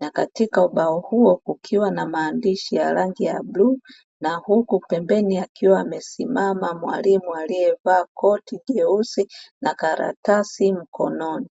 na katika ubao huo kukiwa na maandishi ya rangi ya bluu na huku pembeni akiwa amesimama mwalimu aliyevaa koti jeusi na karatasi mkononi.